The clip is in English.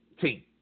team